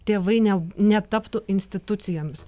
tėvai ne netaptų institucijomis